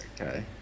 okay